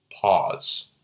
pause